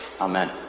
Amen